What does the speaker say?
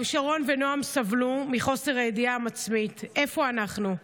גם שרון ונועם סבלו מחוסר הידיעה המצמית: איפה אנחנו?